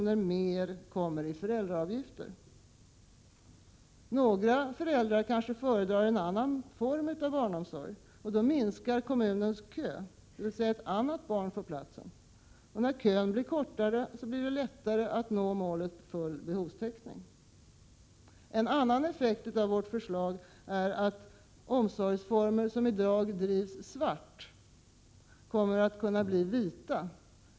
mer per plats kommer i föräldraavgifter. Några föräldrar kanske föredrar annan barnomsorg, och då minskar kommunens kö, dvs. ett annat barn får platsen. När kön blir kortare blir det alltså lättare att nå målet full behovstäckning. En annan effekt av vårt förslag är att omsorgsformer som i dag drivs svart kommer att kunna bli vita.